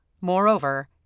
Moreover